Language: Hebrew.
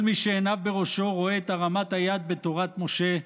כל מי שעיניו בראשו, רואה את הרמת היד בתורת משה,